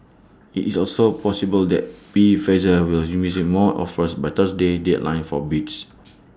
IT is also possible that be Pfizer will receive more offers by Thursday's deadline for bids